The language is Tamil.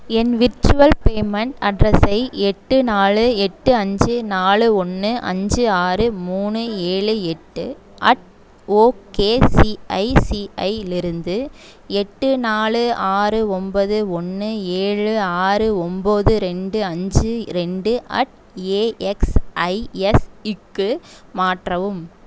என் விர்ச்சுவல் பேமெண்ட் அட்ரஸை எட்டு நாலு எட்டு அஞ்சு நாலு ஒன்று அஞ்சு ஆறு மூணு ஏழு எட்டு அட் ஓகேசிஐசிஐலிருந்து எட்டு நாலு ஆறு ஒன்பது ஒன்று ஏழு ஆறு ஒம்போது ரெண்டு அஞ்சு ரெண்டு அட் ஏஎக்ஸ்ஐஎஸ் இக்கு மாற்றவும்